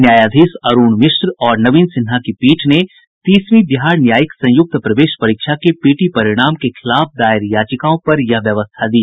न्यायाधीश अरुण मिश्र और नवीन सिन्हा की पीठ ने तीसवीं बिहार न्यायिक संयुक्त प्रवेश परीक्षा के पीटी परिणाम के खिलाफ दायर याचिकाओं पर यह व्यवस्था दी